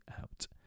out